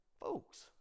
Folks